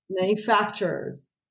manufacturers